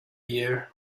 year